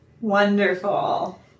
Wonderful